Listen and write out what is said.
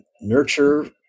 nurture